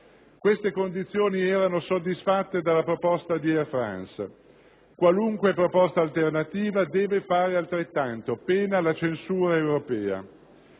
Queste condizioni erano soddisfatte dalla proposta di Air France. Qualunque proposta alternativa deve fare altrettanto, pena la censura europea.